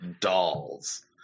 dolls